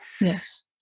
Yes